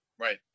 Right